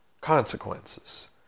consequences